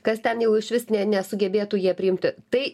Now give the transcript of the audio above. kas ten jau išvis nesugebėtų jie priimti tai